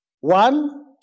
One